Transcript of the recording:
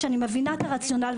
ואני מבינה את הרציונל,